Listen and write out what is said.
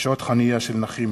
חנייה של נכים),